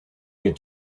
get